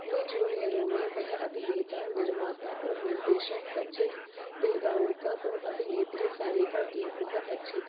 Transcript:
अपने जूनियरों में वह अभिनेता निर्माता और निर्देशक सचिन पिलगांवकर और अभिनेत्री सारिका के बहुत अच्छे दोस्त थे